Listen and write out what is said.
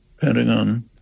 Pentagon